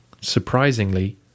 surprisingly